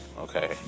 okay